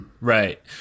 Right